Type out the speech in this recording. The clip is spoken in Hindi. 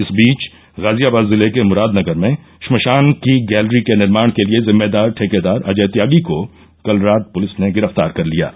इस बीच गाजियाबाद जिले के मुरादनगर में श्मशान की गैलरी के निर्माण के लिए जिम्मेदार ठेकेदार अजय त्यागी को कल रात पुलिस ने गिरफ्तार कर लिया है